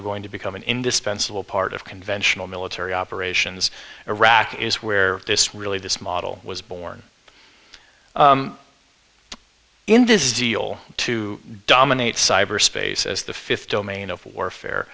are going to become an indispensable part of conventional military operations in iraq is where this really this model was born in this deal to dominate cyberspace as the fifth domain of warfare